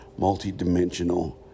multidimensional